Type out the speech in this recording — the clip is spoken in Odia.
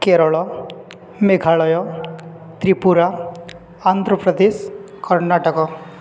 କେରଳ ମେଘାଳୟ ତ୍ରିପୁରା ଆନ୍ଧ୍ରପ୍ରଦେଶ କର୍ଣ୍ଣାଟକ